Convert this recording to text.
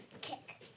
Kick